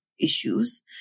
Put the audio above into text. issues